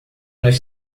nós